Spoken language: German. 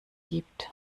gibt